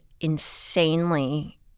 insanely